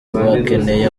bakeneye